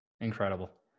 Incredible